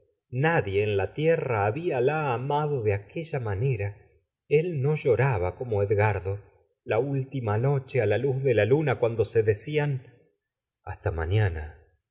nadie en la tierra habiala amado de aque lla manera el no lloraba como edgardo la última noche á la luz de la luna cuando se deeían hasta mañana